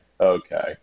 Okay